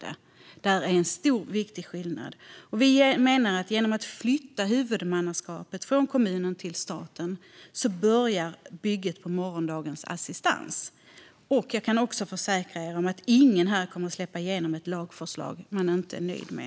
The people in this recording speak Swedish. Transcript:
Det är en stor och viktig skillnad. Vi menar att genom att flytta huvudmannaskapet från kommunen till staten börjar bygget av morgondagens assistans. Jag kan också försäkra alla om att ingen här kommer att släppa igenom ett lagförslag man inte är nöjd med.